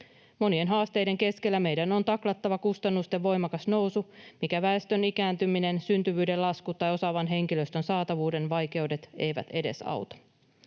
Monien haasteiden keskellä meidän on taklattava kustannusten voimakas nousu, mitä väestön ikääntyminen, syntyvyyden lasku tai osaavan henkilöstön saatavuuden vaikeudet eivät edesauta.